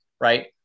right